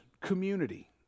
Community